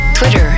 Twitter